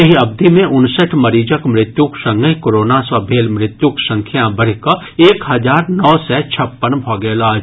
एहि अवधि मे उनसठि मरीजक मृत्युक संगहि कोरोना सँ भेल मृत्युक संख्या बढ़ि कऽ एक हजार नओ सय छप्पन भऽ गेल अछि